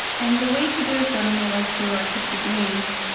and the way to to it, for me, was through artistic means.